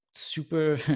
super